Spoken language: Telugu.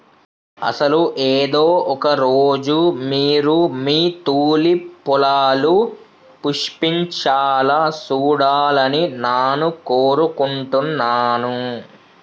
అసలు ఏదో ఒక రోజు మీరు మీ తూలిప్ పొలాలు పుష్పించాలా సూడాలని నాను కోరుకుంటున్నాను